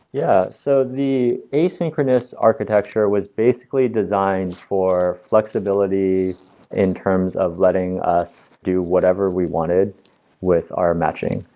yeah, so the asynchronous architecture was basically designed for flexibility in terms of letting us do whatever we wanted with our matching.